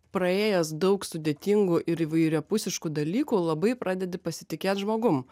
praėjęs daug sudėtingų ir įvairiapusiškų dalykų labai pradedi pasitikėt žmogum